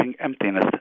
emptiness